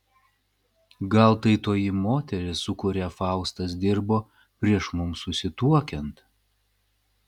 gal tai toji moteris su kuria faustas dirbo prieš mums susituokiant